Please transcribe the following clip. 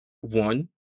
one